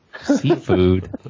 seafood